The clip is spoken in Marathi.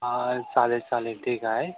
चालेल चालेल ठीक आहे